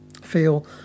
feel